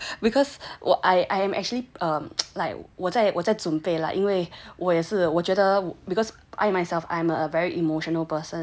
要要要要自爱爱的然后 because what I I am actually um like 我再我在准备了因为我也是我觉得 because I myself I'm a very emotional person